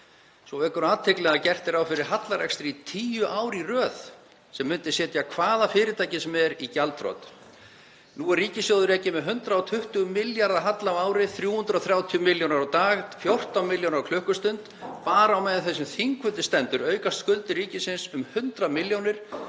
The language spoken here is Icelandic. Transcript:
Svo vekur athygli að gert er ráð fyrir hallarekstri í tíu ár í röð, sem myndi setja hvaða fyrirtæki sem er í gjaldþrot. Nú er ríkissjóður rekinn með 120 milljarða halla á ári, 330 milljónir á dag, 14 milljónir á klukkustund. Bara á meðan þessi þingfundur stendur aukast skuldir ríkisins um 100 milljónir